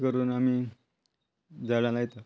करून आमी झाडां लायता